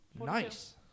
Nice